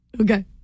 Okay